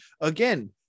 again